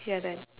you are done